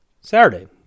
Saturday